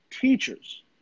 Teachers